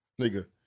nigga